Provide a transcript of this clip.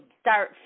Start